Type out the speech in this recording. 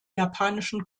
japanischen